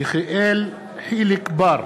אלי בן-דהן, נגד יחיאל חיליק בר,